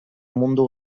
mundu